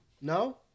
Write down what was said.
No